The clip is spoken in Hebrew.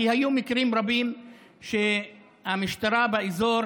כי היו מקרים רבים שהמשטרה באזור